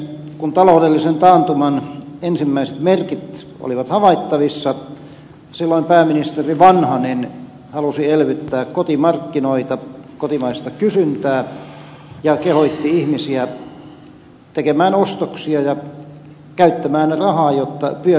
kun taloudellisen taantuman ensimmäiset merkit olivat havaittavissa silloin pääministeri vanhanen halusi elvyttää kotimarkkinoita kotimaista kysyntää ja kehotti ihmisiä tekemään ostoksia ja käyttämään rahaa jotta pyörät pyörivät